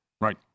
Right